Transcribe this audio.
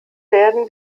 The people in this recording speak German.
werden